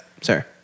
Sir